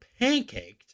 pancaked